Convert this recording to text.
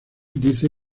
dice